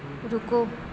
رکو